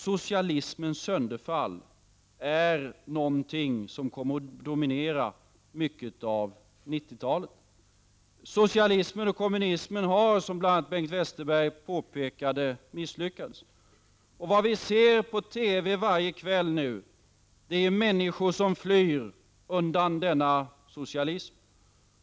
Socialismens sönderfall är något som kommer att dominera under 1990-talet. Socialismen och kommunismen har, som bl.a. Bengt Westerberg påpekade, misslyckats. Vi kan varje kväll på TV se hur människor flyr undan denna socialism.